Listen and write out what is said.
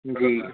जी